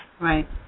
Right